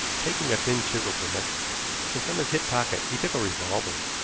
taking a thin chisel from it, and from his hip pocket he took a revolver.